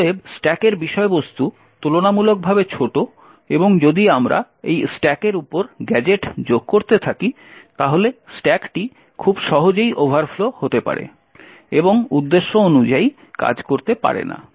অতএব স্ট্যাকের বিষয়বস্তু তুলনামূলকভাবে ছোট এবং যদি আমরা এই স্ট্যাকের উপর গ্যাজেট যোগ করতে থাকি তাহলে স্ট্যাকটি খুব সহজেই ওভারফ্লো হতে পারে এবং উদ্দেশ্য অনুযায়ী কাজ করতে পারে না